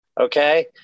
Okay